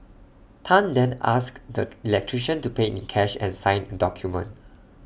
Tan then asked the electrician to pay in cash and sign A document